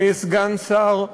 כסגן שר,